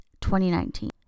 2019